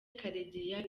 karegeya